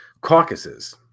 caucuses